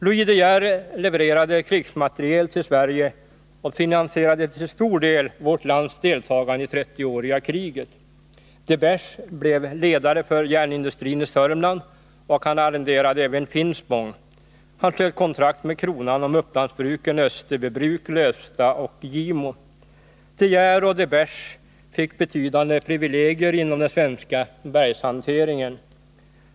Louis de Geer levererade krigsmateriel till Sverige och finansierade till stor del vårt lands deltagande i 30-åriga kriget. de Besche blev ledare för järnindustrin i Sörmland, och han arrenderade även Finspång. Han slöt kontrakt med kronan om Upplandsbruken Österbybruk, Lövsta och Gimo. de Geer och de Besche fick betydande privilegier inom den svenska bergshanteringen.